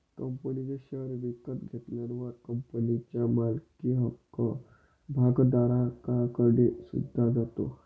कंपनीचे शेअर विकत घेतल्यावर कंपनीच्या मालकी हक्क भागधारकाकडे सुद्धा जातो